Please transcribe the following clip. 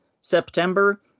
September